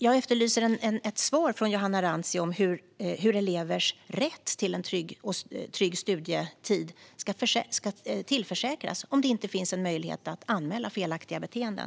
Jag efterlyser ett svar från Johanna Rantsi om hur elevers rätt till en trygg studietid ska tillförsäkras om det inte finns en möjlighet att anmäla felaktiga beteenden.